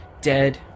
dead